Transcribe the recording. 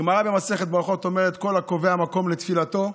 הגמרא במסכת ברכות אומרת: "כל הקובע מקום לתפילתו,